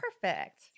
Perfect